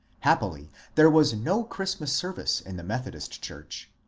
happily there was no christmas service in the methodist church,